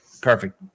perfect